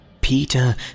Peter